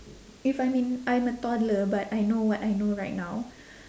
if I'm in I'm a toddler but I know what I know right now